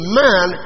man